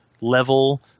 level